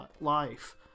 life